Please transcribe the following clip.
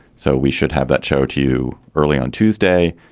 so we should have that show to you early on tuesday.